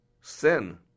Sin